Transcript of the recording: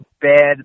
bad